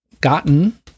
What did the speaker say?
gotten